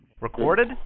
Recorded